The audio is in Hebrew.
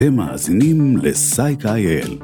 אתם מאזינים לPsychIL